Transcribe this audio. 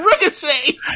Ricochet